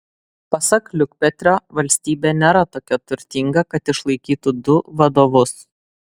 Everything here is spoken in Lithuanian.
pasak liukpetrio valstybė nėra tokia turtinga kad išlaikytų du vadovus